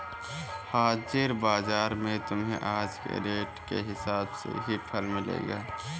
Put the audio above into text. हाजिर बाजार में तुम्हें आज के रेट के हिसाब से ही फल मिलेंगे